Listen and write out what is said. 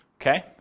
okay